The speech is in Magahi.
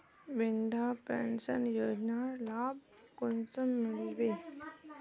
वृद्धा पेंशन योजनार लाभ कुंसम मिलबे?